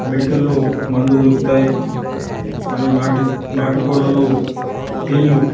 మెడికల్లో మందులు దొరుకుతాయి మరియు నాటి నాటు కోళ్ళల్లో పేళ్ళు